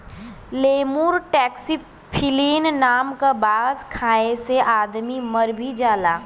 lemur taxiphyllin नाम क बांस खाये से आदमी मर भी जाला